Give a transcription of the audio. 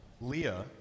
Leah